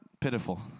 pitiful